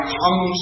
come